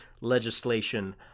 legislation